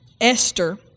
Esther